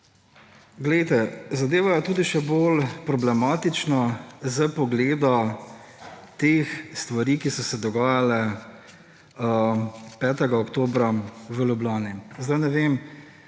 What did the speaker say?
Poglejte, zadeva je tudi še bolj problematična s pogleda teh stvari, ki so se dogajale 5. oktobra v Ljubljani. Sedaj ne vem,